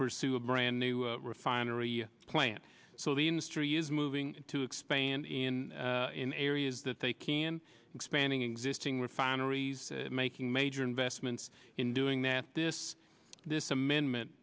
pursue a brand new refinery plant so the industry is moving to expand in areas that they can expanding existing refineries making major investments in doing that this this amendment